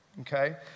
okay